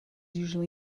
usually